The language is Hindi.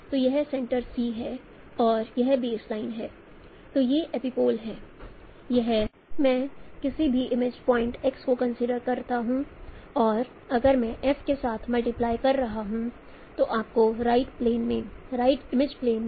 तो यह सेंटर C है और यह बेसलाइन है